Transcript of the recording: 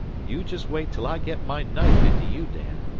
you just wait till i get my knife into you, dan.